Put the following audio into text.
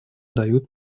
дают